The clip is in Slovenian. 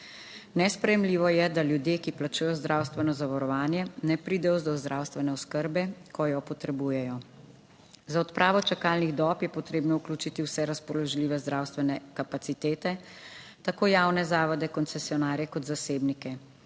Nesprejemljivo je, da ljudje, ki plačujejo zdravstveno zavarovanje, ne pridejo do zdravstvene oskrbe, ko jo potrebujejo. Za odpravo čakalnih dob je potrebno vključiti vse razpoložljive zdravstvene kapacitete, tako javne zavode, koncesionarje, kot zasebnike.